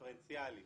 דיפרנציאלי